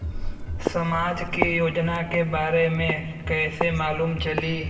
समाज के योजना के बारे में कैसे मालूम चली?